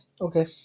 Okay